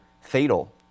fatal